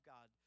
God